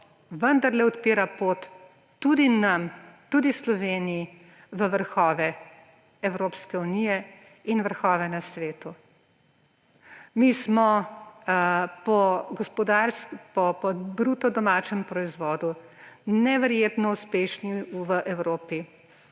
vendarle odpira pot tudi nam, tudi Sloveniji v vrhove Evropske unije in vrhove na svetu. Mi smo po bruto domačem proizvodu neverjetno uspešni v Evropi,